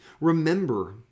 Remember